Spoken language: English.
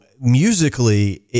musically